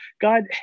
God